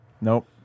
Nope